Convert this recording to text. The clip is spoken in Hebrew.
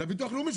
הביטוח לאומי.